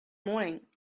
morning